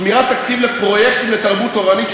שמירת תקציב לפרויקטים לתרבות תורנית,